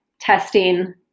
testing